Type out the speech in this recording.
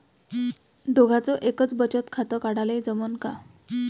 दोघाच एकच बचत खातं काढाले जमनं का?